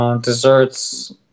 Desserts